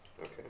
Okay